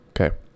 okay